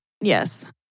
Yes